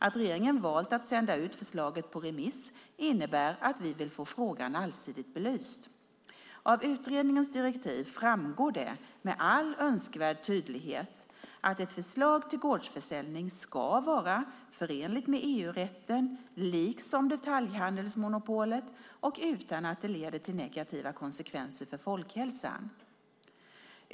Att regeringen valt att sända ut förslaget på remiss innebär att vi vill få frågan allsidigt belyst. Av utredningens direktiv framgår det med all önskvärd tydlighet att ett förslag till gårdsförsäljning ska vara förenligt med EU-rätten liksom detaljhandelsmonopolet och inte leda till negativa konsekvenser för folkhälsan.